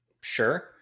sure